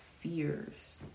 fears